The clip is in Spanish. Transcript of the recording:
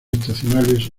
estacionales